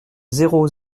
zéro